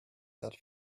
that